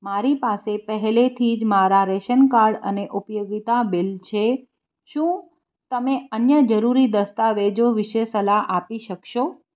મારી પાસે પહેલેથી જ મારા રેશન કાડ અને ઉપયોગિતા બિલ છે શું તમે અન્ય જરુરી દસ્તાવેજો વિશે સલાહ આપી શકશો